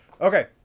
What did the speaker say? okay